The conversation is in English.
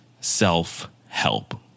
self-help